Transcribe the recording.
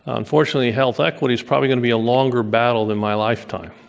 unfortunately health equity's probably going to be a longer battle than my lifetime.